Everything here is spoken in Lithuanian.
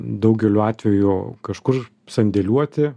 daugeliu atvejų kažkur sandėliuoti